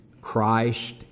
Christ